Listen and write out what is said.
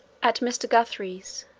at mr. guthrie's,